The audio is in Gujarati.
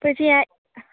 પછી આ